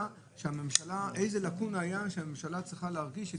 איזו לקונה הייתה שהממשלה מרגישה שהיא